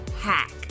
hack